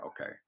okay